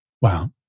Wow